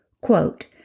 Quote